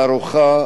חרוכה,